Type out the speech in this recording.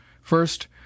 First